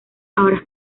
ahora